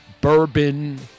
bourbon